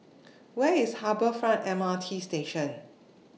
Where IS Harbour Front M R T Station